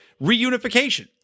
reunification